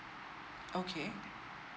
okay